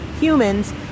humans